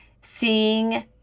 seeing